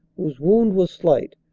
whose wound vas slight,